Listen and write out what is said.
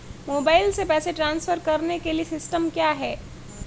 Mobile से पैसे transfer करने के लिए सिस्टम क्या है?